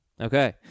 Okay